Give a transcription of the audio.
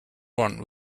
one